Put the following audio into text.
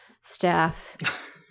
staff